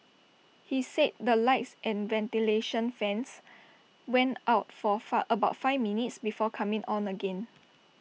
he said the lights and ventilation fans went out for far about five minutes before coming on again